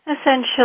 essentially